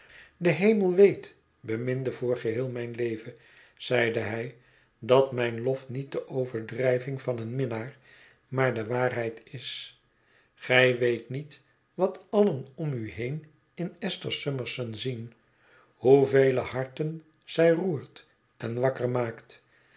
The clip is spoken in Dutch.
de hemel weet beminde voor geheel mijn leven zeide hij dat mijn lof niet de overdrijving van een minnaar maar de waarheid is gij weet niet wat allen om u heen in esther summerson zien hoevele harten zij roert en wakker maakt